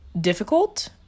difficult